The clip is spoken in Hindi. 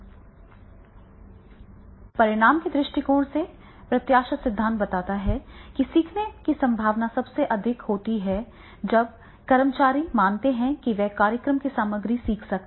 प्रशिक्षण के दृष्टिकोण से प्रत्याशा सिद्धांत बताता है कि सीखने की संभावना सबसे अधिक होती है जब कर्मचारी मानते हैं कि वे कार्यक्रम की सामग्री सीख सकते हैं